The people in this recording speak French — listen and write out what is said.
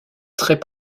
très